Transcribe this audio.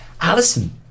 Alison